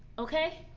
okay?